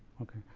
ok.